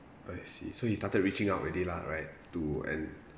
I see so he started reaching out already lah right to and